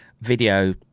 video